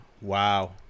wow